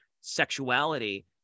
sexuality